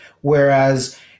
Whereas